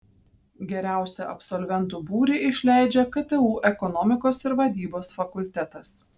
gausiausią absolventų būrį išleidžia ktu ekonomikos ir vadybos fakultetas